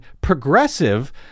progressive